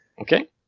Okay